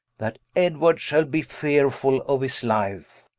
that edward shall be fearefull of his life,